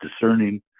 discerning